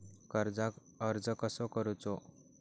कर्जाक अर्ज कसो करूचो?